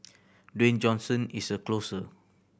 Dwayne Johnson is a closer